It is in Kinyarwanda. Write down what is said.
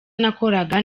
nakoraga